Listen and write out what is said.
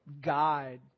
guide